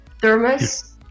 thermos